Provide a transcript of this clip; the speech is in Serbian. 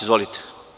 Izvolite.